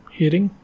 hearing